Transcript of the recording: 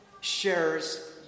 shares